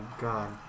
God